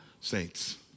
saints